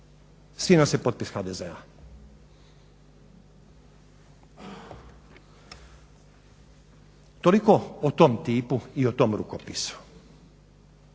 nose potpis HDZ-a. Toliko o tom tipu i o tom rukopisu